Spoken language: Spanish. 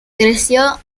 creció